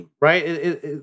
Right